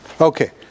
Okay